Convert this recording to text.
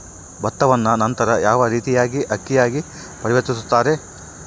ಭತ್ತವನ್ನ ನಂತರ ಯಾವ ರೇತಿಯಾಗಿ ಅಕ್ಕಿಯಾಗಿ ಪರಿವರ್ತಿಸುತ್ತಾರೆ?